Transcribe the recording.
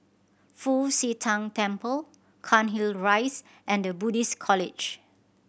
Fu Xi Tang Temple Cairnhill Rise and The Buddhist College